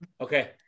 Okay